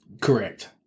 Correct